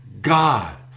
God